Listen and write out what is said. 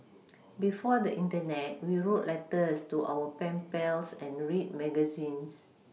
before the Internet we wrote letters to our pen pals and read magazines